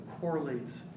correlates